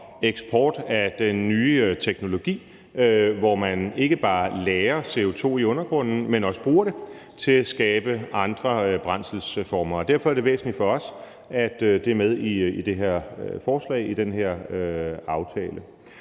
eksport af den nye teknologi, hvor man ikke bare lagrer CO2 i undergrunden, men også bruger det til at skabe andre brændselsformer. Derfor er det væsentligt for os, at det er med i det her forslag, i den her aftale.